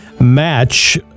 match